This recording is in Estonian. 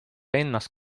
ennast